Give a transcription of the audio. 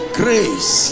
grace